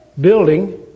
building